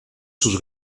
sus